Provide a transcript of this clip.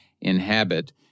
inhabit